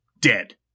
dead